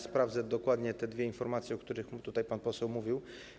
Sprawdzę dokładnie te dwie informacje, o których mi tutaj pan poseł mówił.